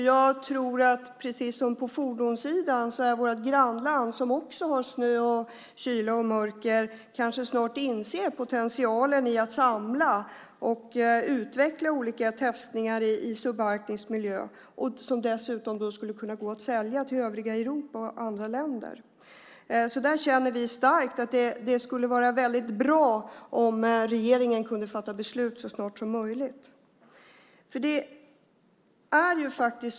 Jag tror att precis som på fordonssidan inser kanske snart vårt grannland, som också har snö, kyla och mörker, potentialen i att samla och utveckla olika testningar i subarktisk miljö som dessutom skulle kunna gå att sälja till övriga Europa och andra länder. Vi känner starkt att det skulle vara mycket bra om regeringen kunde fatta beslut så snart som möjligt.